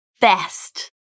best